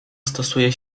stosuje